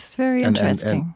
very interesting,